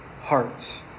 hearts